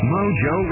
Mojo